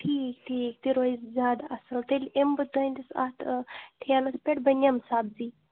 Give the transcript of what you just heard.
ٹھیٖک ٹھیٖک تہِ روزِ زیادٕ اَصٕل تیٚلہِ یِمہٕ بہٕ تٕہٕنٛدِس اَتھ ٹھیلَس پٮ۪ٹھ بہٕ نِمہٕ سبزی